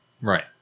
Right